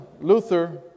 Luther